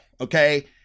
okay